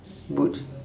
boot